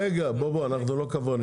רגע, בוא, בוא, אנחנו לא כוורנים.